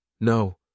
No